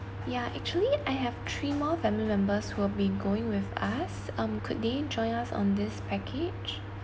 yeah actually I have three more family members who will be going with us um could they join us on this package